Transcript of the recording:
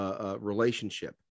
relationship